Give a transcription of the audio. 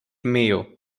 mayo